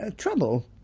ah trouble,